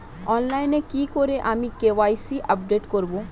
অনলাইনে কি করে আমি কে.ওয়াই.সি আপডেট করব?